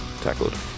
tackled